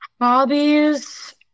Hobbies